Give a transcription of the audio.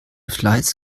fleiß